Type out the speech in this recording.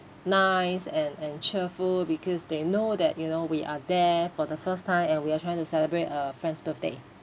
nice and and cheerful because they know that you know we are there for the first time and we are trying to celebrate a friend's birthday